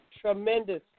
tremendous